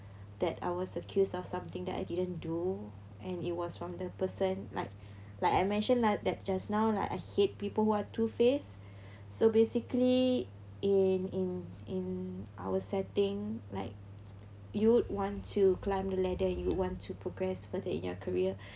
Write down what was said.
that I was accused of something that I didn't do and it was from the person like like I mentioned lah like that just now like I hate people who are two face so basically in in in our setting like you would want to climb the ladder you would want to progress further in your career